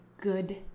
good